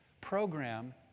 program